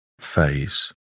phase